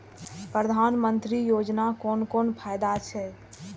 प्रधानमंत्री योजना कोन कोन फायदा छै?